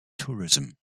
tourism